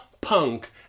punk